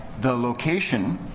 the location